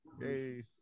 hey